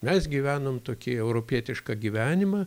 mes gyvenom tokį europietišką gyvenimą